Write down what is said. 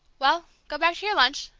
well, go back to your lunch,